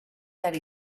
that